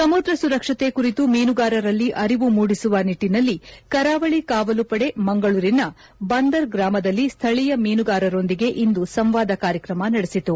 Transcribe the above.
ಸಮುದ್ರ ಸುರಕ್ಷತೆ ಕುರಿತು ಮೀನುಗಾರರಲ್ಲಿ ಅರಿವು ಮೂಡಿಸುವ ನಿಟ್ಟಿನಲ್ಲಿ ಕರಾವಳಿ ಕಾವಲು ಪಡೆ ಮಂಗಳೂರಿನ ಬಂದರ್ ಗ್ರಾಮದಲ್ಲಿ ಸ್ಥಳೀಯ ಮೀನುಗಾರರೊಂದಿಗೆ ಇಂದು ಸಂವಾದ ಕಾರ್ಯಕ್ರಮ ನಡೆಸಿತು